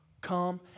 come